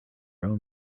own